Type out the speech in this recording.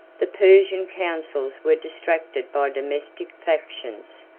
the persian councils were distracted by domestic factions,